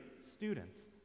students